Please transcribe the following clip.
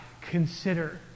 consider